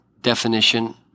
definition